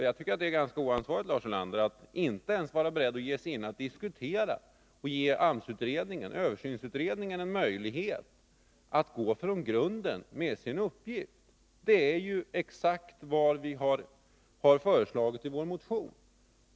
Jag tycker att det är oansvarigt, Lars Ulander, att inte ens vara beredd att ge sig in och diskutera att ge arbetsmarknadsutredningen för översyn av AMS en möjlighet att gå från grunden med sin uppgift. Detta är ju exakt vad vi har föreslagit i vår motion.